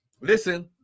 listen